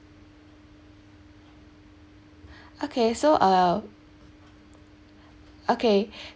okay so uh okay